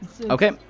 Okay